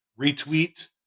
retweet